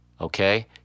okay